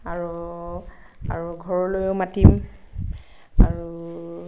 আৰু আৰু ঘৰলৈয়ো মাতিম আৰু